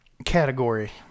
category